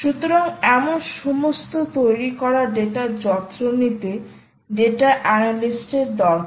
সুতরাং এমন সমস্ত তৈরি করা ডেটা যত্ন নিতে ডেটা অ্যানালিস্ট দরকার